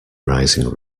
rising